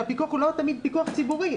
שהפיקוח הוא לא תמיד פיקוח ציבורי.